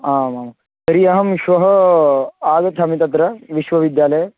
आमां तर्हि अहं श्वः आगच्छामि तत्र विश्वविद्यालये